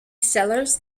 sellars